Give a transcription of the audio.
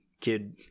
kid